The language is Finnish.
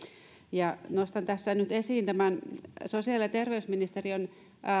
nostan tässä nyt esiin tämän sosiaali ja terveysministeriön